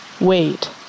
wait